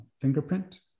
fingerprint